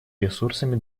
ресурсами